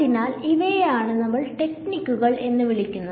അതിനാൽ ഇവയെയാണ് നമ്മൾ ടെക്നിക്കുകൾ എന്ന് വിളിക്കുന്നത്